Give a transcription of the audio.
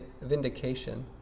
vindication